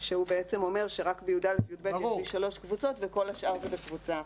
שאומר שרק בי"א-י"ב יהיו שלוש קבוצות וכל השאר בקבוצה אחת.